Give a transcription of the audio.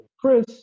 Chris